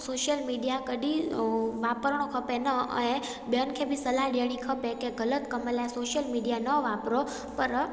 social media कॾहिं ऐं वापरिणो खपे न ऐं ॿियनि खे बि सलाह ॾियणी खपी कंहिं ग़लति कमु लाइ सोशल मिडिया न वापरो पर